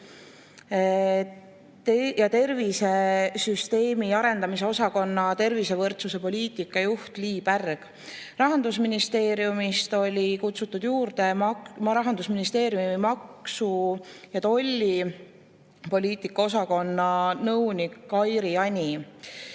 ja tervisesüsteemi arendamise osakonna tervisevõrdsuse poliitika juht Lii Pärg. Rahandusministeeriumist oli kutsutud Rahandusministeeriumi maksu- ja tollipoliitika osakonna nõunik Kairi Ani.